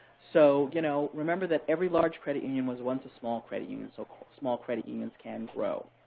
so you know remember that every large credit union was once a small credit union, so small credit unions can grow.